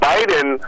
Biden